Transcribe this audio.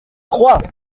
crois